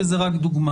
וזו רק דוגמה.